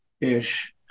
ish